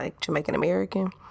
Jamaican-American